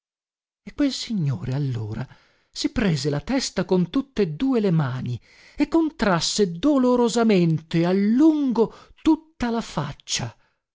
e quel signore allora si prese la testa con tutte due le mani e contrasse dolorosamente a lungo tutta la faccia